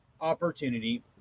opportunity